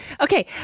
Okay